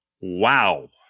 wow